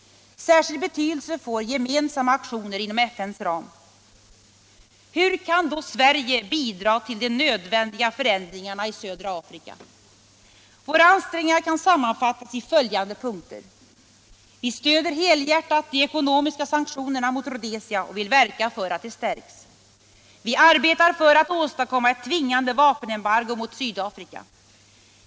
Särskild betydelse får gemensamma aktioner inom FN:s ram. Hur kan då Sverige bidra till de nödvändiga förändringarna i södra Afrika? Våra ansträngningar kan sammanfattas i följande punkter: —- Vi stöder helhjärtat de ekonomiska sanktionerna mot Rhodesia och vill verka för att de stärks. —- Vi arbetar för att åstadkomma ett tvingande vapenembargo mot Sydafrika.